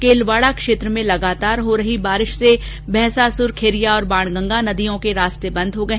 केलवाड़ा क्षेत्र में लगातार हो रही बारिश से भैंसासुर खिरिया और बाणगंगा नदियों से रास्ते बंद हो गए